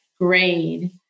grade